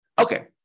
Okay